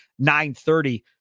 9.30